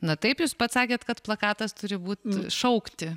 na taip jūs pats sakėt kad plakatas turi būt šaukti